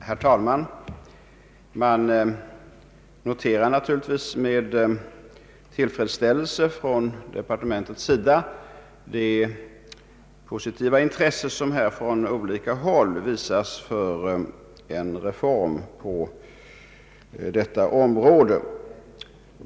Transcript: Herr talman! Man noterar naturligtvis med tillfredsställelse från departementets sida det positiva intresse som från olika håll visas för en reform på detta område.